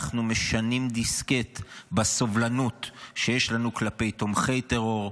אנחנו משנים דיסקט בסובלנות שיש לנו כלפי תומכי טרור,